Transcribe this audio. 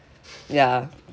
ya